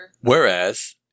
Whereas